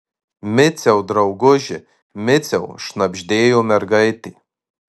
miciau drauguži miciau šnabždėjo mergaitė